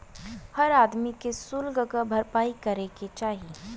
हर आदमी के सुल्क क भरपाई करे के चाही